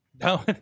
No